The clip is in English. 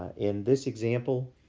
in this example,